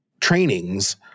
trainings